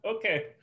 Okay